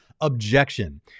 objection